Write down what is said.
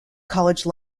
college